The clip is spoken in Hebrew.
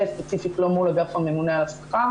זה ספציפית לא מול אגף הממונה על השכר,